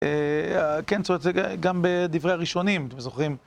כן, זאת אומרת, זה גם בדברי הראשונים, אתם זוכרים?